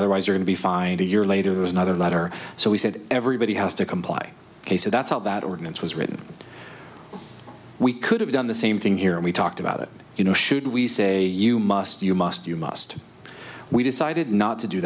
otherwise or to be fined a year later it was another letter so we said everybody has to comply ok so that's how that ordinance was written we could have done the same thing here and we talked about it you know should we say you must you must you must we decided not to do